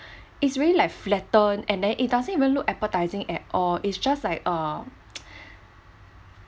it's really like flatten and then it doesn't even look appetizing at all it's just like uh